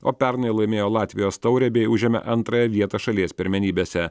o pernai laimėjo latvijos taurę bei užėmė antrąją vietą šalies pirmenybėse